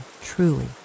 truly